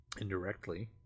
indirectly